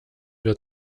wir